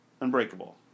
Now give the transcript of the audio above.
Unbreakable